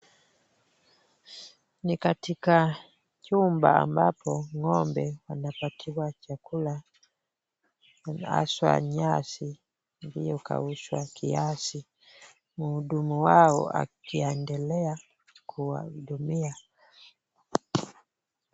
Ni katika chumba ambapo ng'ombe wanapatiwa chakula haswa nyasi iliyokaushwa kiasi. Mhudumu wao akiendelea kuwahudumia.